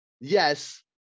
yes